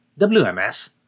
WMS